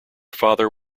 father